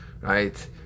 Right